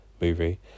movie